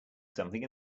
something